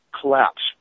collapse